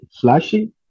flashy